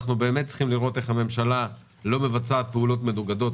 אנחנו באמת צריכים לראות איך הממשלה לא מבצעת פעולות מנוגדות,